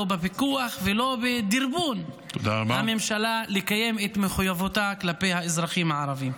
לא בפיקוח ולא בדרבון הממשלה לקיים את מחויבותה כלפי האזרחים הערבים.